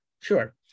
Sure